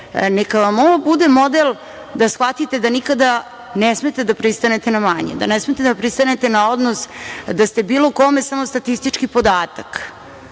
neka vam ovo bude model da shvatite da nikada ne smete da pristanete na manje, da ne smete da pristanete na odnos da ste bilo kome samo statistički podatak.